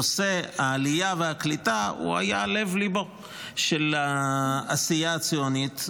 נושא העלייה והקליטה היה לב-ליבה של העשייה הציונית,